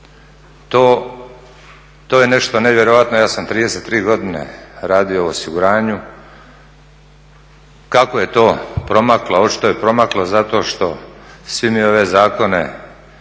To je nešto nevjerojatno. Ja sam 33 godine radio u osiguranju. Kako je to promaklo, očito je promaklo zato što svi mi ove zakone